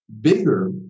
bigger